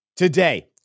Today